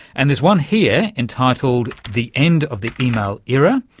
and there's one here entitled the end of the email era,